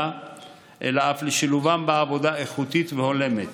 אלא אף לשילובם בעבודה איכותית והולמת.